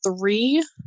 three